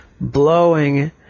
blowing